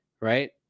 Right